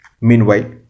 Meanwhile